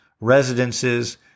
residences